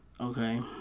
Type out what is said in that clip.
Okay